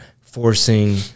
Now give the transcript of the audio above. forcing